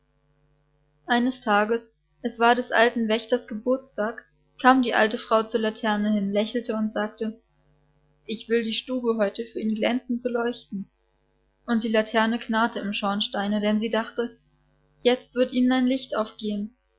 eines tages es war des alten wächters geburtstag kam die alte frau zur laterne hin lächelte und sagte ich will die stube heute für ihn glänzend beleuchten und die laterne knarrte im schornsteine denn sie dachte jetzt wird ihnen ein licht aufgehen